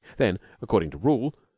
then, according to rule,